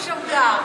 אבו שמגר.